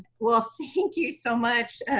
well, thank you so much,